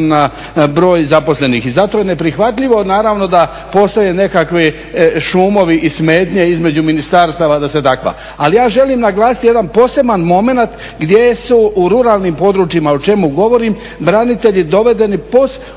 na broj zaposlenih. I zato je neprihvatljivo, naravno da postoje nekakvi šumovi i smetnje između ministarstava …/Govornik se ne razumije./… Ali ja želim naglasiti jedan poseban momenat gdje su u ruralnim područjima o čemu govorim branitelji dovedeni